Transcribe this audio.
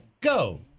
Go